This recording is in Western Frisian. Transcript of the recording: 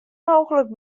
mooglik